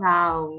Wow